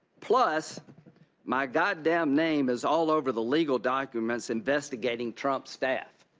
plus my god damn name is all over the legal documents investigating trump staff.